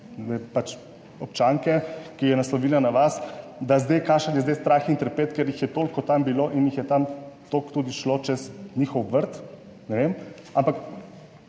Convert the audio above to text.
občanke, ki je naslovila na vas, da zdaj, kakšen je zdaj strah in trepet, ker jih je toliko tam bilo in jih je tam toliko tudi šlo čez njihov vrt, ne